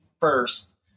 first